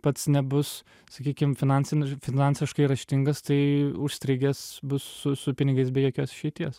pats nebus sakykim finansinių finansiškai raštingas tai užstrigęs bus su su pinigais be jokios išeities